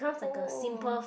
oh